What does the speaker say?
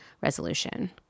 resolution